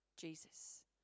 Jesus